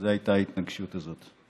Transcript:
זאת הייתה ההתנגשות הזאת.